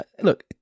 look